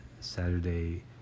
Saturday